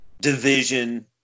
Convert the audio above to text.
Division